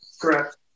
Correct